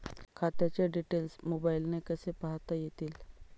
खात्याचे डिटेल्स मोबाईलने कसे पाहता येतील?